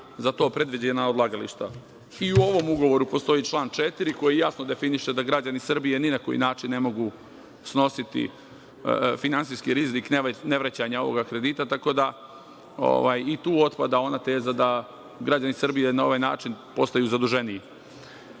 za to predviđena odlagališta.I u ovom ugovoru postoji član 4. koji jasno definiše da građani Srbije ni na koji način ne mogu snositi finansijski rizik nevraćanja ovog kredita, tako da i tu otpada ona teza da građani Srbije na ovaj način postaju zaduženiji.Međutim,